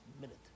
minute